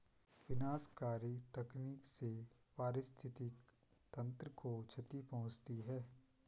विनाशकारी तकनीक से पारिस्थितिकी तंत्र को क्षति पहुँचती है